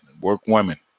workwomen